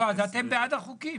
לא, אז אתם בעד החוקים.